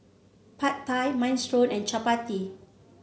Pad Thai Minestrone and Chapati